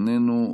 איננו,